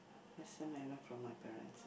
lesson I learn from my parents